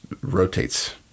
rotates